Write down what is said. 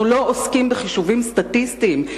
אנחנו לא עוסקים בחישובים סטטיסטיים.